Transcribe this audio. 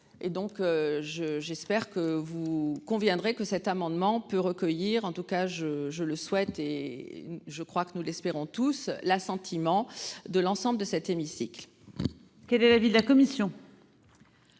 Et donc je j'espère que vous conviendrez que cet amendement peut recueillir en tout cas je je le souhaite et je crois que nous l'espérons tous l'assentiment de l'ensemble de cet hémicycle. Quel est l'avis de la commission.